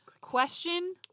question